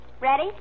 Ready